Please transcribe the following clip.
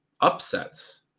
upsets